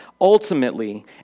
Ultimately